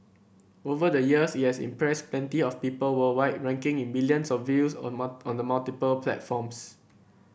over the years it has impressed plenty of people worldwide raking in millions of views on on the multiple platforms